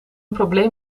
probleem